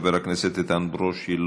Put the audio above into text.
חבר הכנסת איתן ברושי,